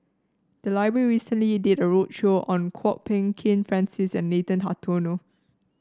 the library recently did a roadshow on Kwok Peng Kin Francis and Nathan Hartono